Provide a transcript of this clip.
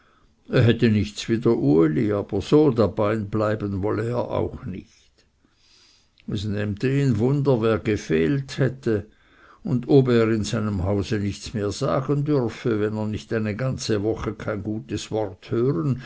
hätte nichts wider uli aber so dabeisein wolle er auch nicht es nähmte ihn wunder wer gefehlt hätte und ob er in seinem hause nichts mehr sagen dürfe wenn er nicht eine ganze woche kein gutes wort hören